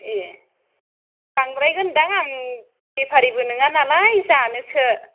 ए बांद्रायगोनदां आं बेफारिबो नोङा नालाय जानोसो